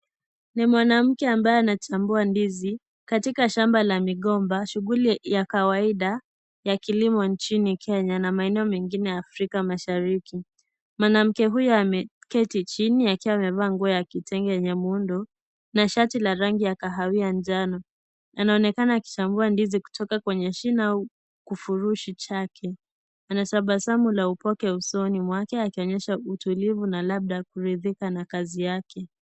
Ni mwanamke ambaye anachambua ndizi, katika shamba la migomba shughuli ya kawaida ya kilimo nchini Kenya na maeneo mengine ya Afrika Mashariki. Mwanamke huyu ameketi chini akiwa amevaa nguo ya kitenge yenye muhundo na shati la rangi ya kahawia ngano. Anaonekana akichambua ndizi kutoka kwenye shina au kufurushi chake anatabasamu la upweke usoni mwake akionyesha utulivu na labda kuridhika na kazi yake.